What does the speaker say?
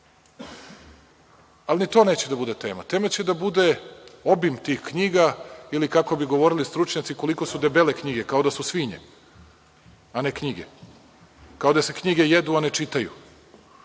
ali ni to neće da bude tema, tema će da bude obim tih knjiga, ili kako bi govorili stručnjaci – koliko su debele knjige. Kao da su svinje, a ne knjige. Kao da se knjige jedu, a ne čitaju.